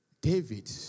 David